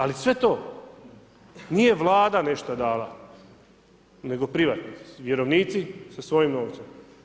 Ali sve to nije Vlada nešto dala, nego privatnici, vjerovnici sa svojim novcem.